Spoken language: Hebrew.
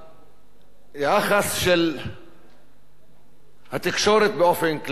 היחס של התקשורת באופן כללי,